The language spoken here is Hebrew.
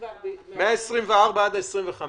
זה מה-24 ועד ה-25.